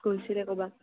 গৈছিলে ক'ৰবাত